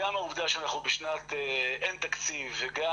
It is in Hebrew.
גם העובדה שאנחנו בשנת אין תקציב וגם